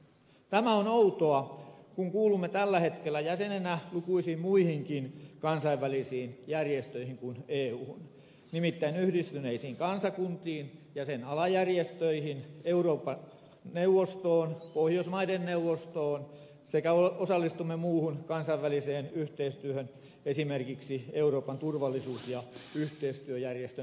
tämä on outoa kun kuulumme tällä hetkellä jäsenenä lukuisiin muihinkin kansainvälisiin järjestöihin kuin euhun nimittäin yhdistyneisiin kansakuntiin ja sen alajärjestöihin euroopan neuvostoon ja pohjoismaiden neuvostoon sekä osallistumme muuhun kansainväliseen yhteistyöhön esimerkiksi euroopan turvallisuus ja yhteistyöjärjestön piirissä